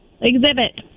exhibit